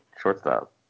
shortstop